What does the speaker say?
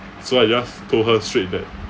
so I just told her straight that